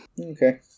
Okay